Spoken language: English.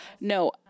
no